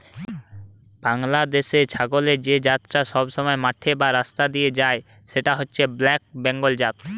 বাংলাদেশের ছাগলের যে জাতটা সবসময় মাঠে বা রাস্তা দিয়ে যায় সেটা হচ্ছে ব্ল্যাক বেঙ্গল জাত